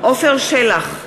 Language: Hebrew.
עפר שלח,